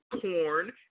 corn